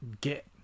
get